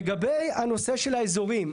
לגבי הנושא של האזורים.